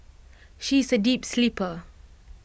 she is A deep sleeper